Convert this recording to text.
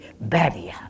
barrier